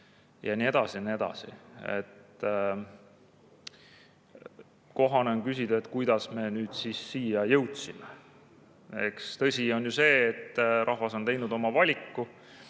ja nii edasi ja nii edasi. Kohane on küsida, et kuidas me nüüd siis siia jõudsime. Tõsi on ju see, et rahvas on teinud oma valiku.